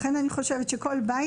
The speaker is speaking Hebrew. לכן אני חושבת שכל בית,